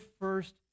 first